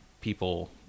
people